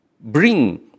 bring